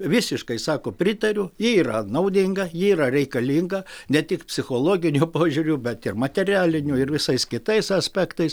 visiškai sako pritariu ji yra naudinga ji yra reikalinga ne tik psichologiniu požiūriu bet ir materialiniu ir visais kitais aspektais